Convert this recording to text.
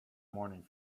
morning